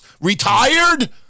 Retired